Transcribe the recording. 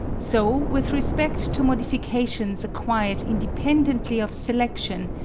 so with respect to modifications acquired independently of selection,